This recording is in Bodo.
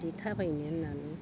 बिदि थाबायनो होननानै